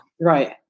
Right